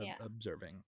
observing